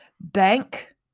bank